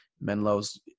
Menlo's